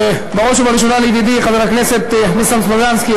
בראש ובראשונה לידידי חבר הכנסת ניסן סלומינסקי,